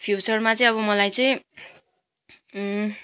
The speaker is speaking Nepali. फ्युचरमा चाहिँ अब मलाई चाहिँ